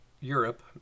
Europe